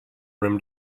room